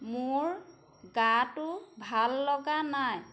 মোৰ গাটো ভাল লগা নাই